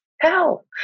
Hell